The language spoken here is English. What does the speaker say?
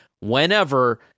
Whenever